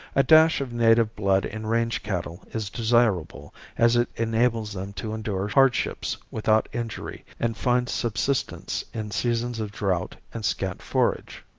a dash of native blood in range cattle is desirable as it enables them to endure hardships without injury and find subsistence in seasons of drought and scant forage.